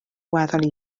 weddol